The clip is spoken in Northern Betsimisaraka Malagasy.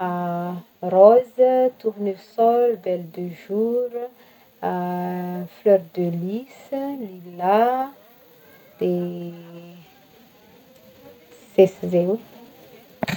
Rose, tournesol, belle de jour, fleur de lys, lilas, de zay sy zay ô.